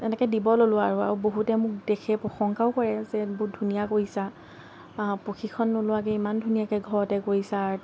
এনেকৈ দিব ল'লোঁ আৰু আৰু বহুতে মোক দেখি প্ৰশংসাও কৰে যে বহুত ধুনীয়া কৰিছা প্ৰশিক্ষণ নোলোৱাকৈ ঘৰতে ইমান ধুনীয়াকৈ ঘৰতে কৰিছা আৰ্ট